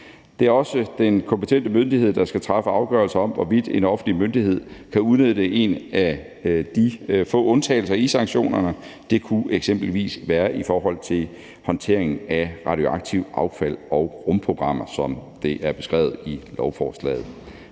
Det er også den kompetente myndighed, der skal træffe afgørelse om, hvorvidt en offentlig myndighed kan udnytte en af de få undtagelser i sanktionerne. Det kunne eksempelvis være i forhold til håndtering af radioaktivt affald og rumprogrammer, som det er beskrevet i lovforslaget.